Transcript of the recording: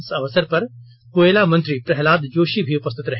इस अवसर पर कोयला मंत्री प्रह्लाद जोशी भी उपस्थित रहे